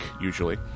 usually